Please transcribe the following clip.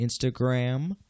Instagram